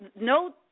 no